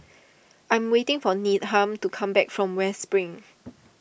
I am waiting for Needham to come back from West Spring